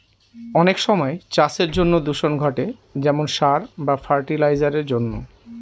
অনেক সময় চাষের জন্য দূষণ ঘটে যেমন সার বা ফার্টি লাইসারের জন্য